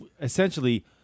essentially